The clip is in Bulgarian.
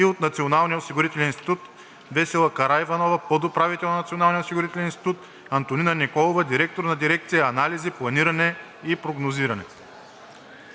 и на Националния осигурителен институт: Весела Караиванова – подуправител на Националния осигурителен институт; Антонина Николова – директор на дирекция „Анализи, планиране и прогнозиране“.